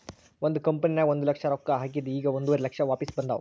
ಒಂದ್ ಕಂಪನಿನಾಗ್ ಒಂದ್ ಲಕ್ಷ ರೊಕ್ಕಾ ಹಾಕಿದ್ ಈಗ್ ಒಂದುವರಿ ಲಕ್ಷ ವಾಪಿಸ್ ಬಂದಾವ್